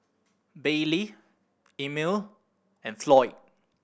Baylee Emile and Floyd